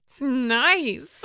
nice